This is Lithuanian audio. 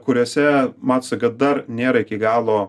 kuriose matosi kad dar nėra iki galo